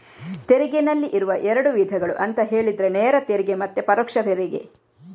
ತೆರಿಗೆನಲ್ಲಿ ಇರುವ ಎರಡು ವಿಧಗಳು ಅಂತ ಹೇಳಿದ್ರೆ ನೇರ ತೆರಿಗೆ ಮತ್ತೆ ಪರೋಕ್ಷ ತೆರಿಗೆ